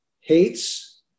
hates